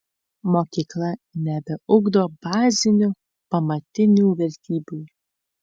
mokykla nebeugdo bazinių pamatinių vertybių